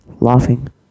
Laughing